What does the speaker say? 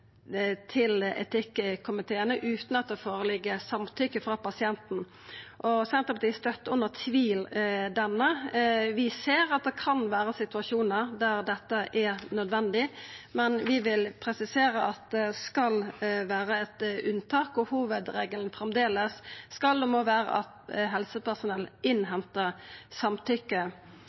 utan at det ligg føre samtykke frå pasienten. Senterpartiet støttar under tvil denne. Vi ser at det kan vera situasjonar der dette er nødvendig, men vi vil presisera at det skal vera eit unntak, og at hovudregelen framleis skal og må vera at helsepersonell innhentar samtykke